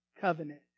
covenant